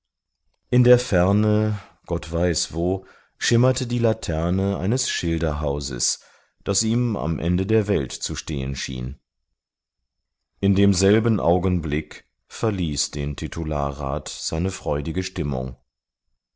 in der ferne gott weiß wo schimmerte die laterne eines schilderhauses das ihm am ende der welt zu stehen schien in demselben augenblick verließ den titularrat seine freudige stimmung